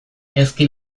ezki